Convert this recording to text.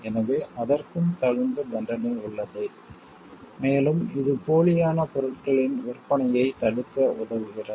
எனவே அதற்கும் தகுந்த தண்டனை உள்ளது மேலும் இது போலியான பொருட்களின் விற்பனையை தடுக்க உதவுகிறது